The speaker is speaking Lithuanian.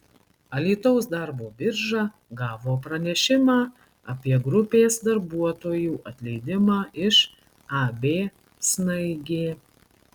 alytaus darbo birža gavo pranešimą apie grupės darbuotojų atleidimą iš ab snaigė